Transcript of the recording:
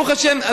ברוך השם,